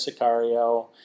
Sicario